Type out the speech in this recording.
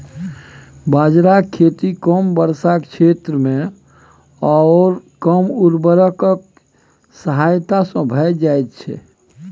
बाजराक खेती कम वर्षाक क्षेत्रमे आओर कम उर्वरकक सहायता सँ भए जाइत छै